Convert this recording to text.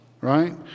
right